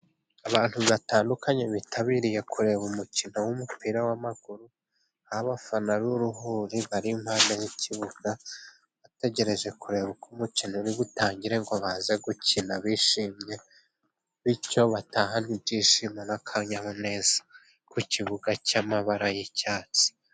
Abantu batandukanye bitabiriye kureba umukino w'umupira w'amaguru, abafana b'uruhuri bari iruhande rw'ikibuga, bategereje kureba uko umukino uributangire ngo baze gukina bishimye, bityo batahane ibyishimo n'akanyamuneza ku kibuga cy'amabara y'icyatsi.